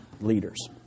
leaders